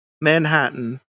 Manhattan